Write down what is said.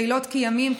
לילות כימים,